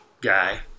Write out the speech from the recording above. guy